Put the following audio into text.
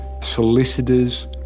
solicitors